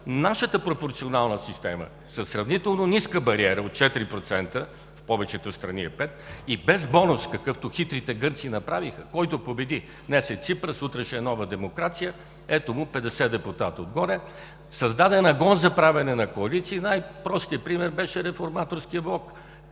нашата пропорционална система със сравнително ниска бариера от 4%, в повечето страни е 5, и без бонус, какъвто хитрите гърци направиха – който победи, днес е Ципрас, утре ще е Нова демокрация, ето му 50 депутата отгоре, създаде нагон за правене на коалиции. И най-простият пример беше Реформаторският блок.